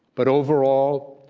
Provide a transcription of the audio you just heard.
but overall,